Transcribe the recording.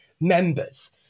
members